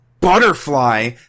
Butterfly